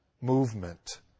movement